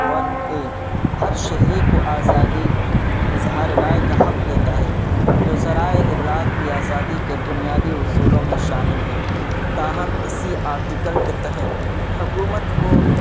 one A ہر شہری کو آزادی اظہار رائے کا حق دیتا ہے جو ذرائع ابلاغ کی آزادی کے بنیادی اصولوں میں شامل ہے تاہم اسی آرٹیکل کے تحت حکومت کو